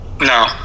No